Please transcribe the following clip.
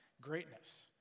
greatness